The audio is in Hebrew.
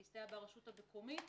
להסתייע ברשות המקומית.